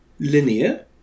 Linear